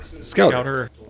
Scouter